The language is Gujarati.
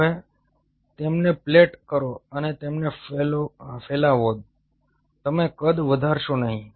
હવે તમે તેમને પ્લેટ કરો અને તેમને ફેલાવો તમે કદ વધારશો નહીં